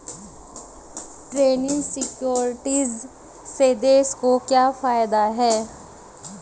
Trading securities से देश को क्या फायदा होता है?